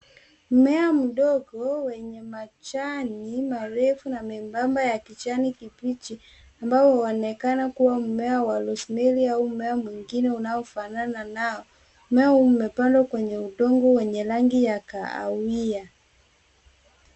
Mmea mdogo wenye majani marefu na membamba ya kijani kibichi ambao huonekana kua mmea wa Rose Mary au mmea mwingine unaofanana nao, mmea umepandwa kwenye udongo wenye rangi ya kahawia.